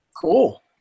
cool